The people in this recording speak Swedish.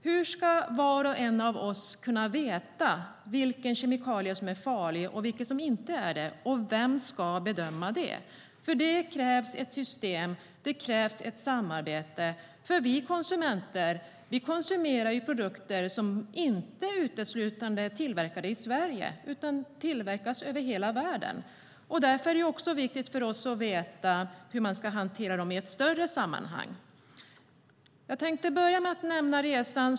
Hur ska var och en av oss kunna veta vilken kemikalie som är farlig och vilken som inte är det? Vem ska bedöma det? För det krävs ett system och ett samarbete, för vi konsumenter konsumerar ju produkter som inte uteslutande är tillverkade i Sverige utan som tillverkas över hela världen. Därför är det viktigt för oss att veta hur man ska hantera dem i ett större sammanhang.